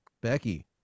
Becky